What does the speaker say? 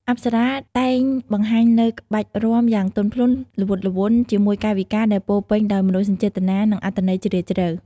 អប្សរាតែងបង្ហាញនូវ ក្បាច់រាំយ៉ាងទន់ភ្លន់ ល្វត់ល្វន់ ជាមួយកាយវិការដែលពោរពេញដោយមនោសញ្ចេតនា និងអត្ថន័យជ្រាលជ្រៅ។